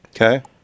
Okay